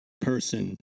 person